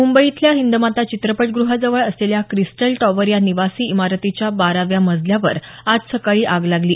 मुंबईत इथल्या हिंदमाता चित्रपटग्रहाजवळ असलेल्या क्रिस्टल टॉव्हर या निवासी इमारतीच्या बाराव्या मजल्यावर आज सकाळी आग लागली